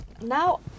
now